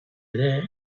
ere